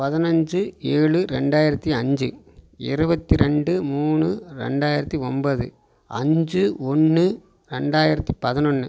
பதினஞ்சி ஏழு ரெண்டாயிரத்தி அஞ்சு இருபத்தி ரெண்டு மூணு ரெண்டாயிரத்தி ஒன்பது அஞ்சு ஒன்று ரெண்டாயிரத்தி பதினொன்னு